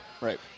Right